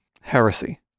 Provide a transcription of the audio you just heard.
Heresy